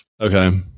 Okay